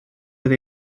oedd